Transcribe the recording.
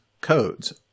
codes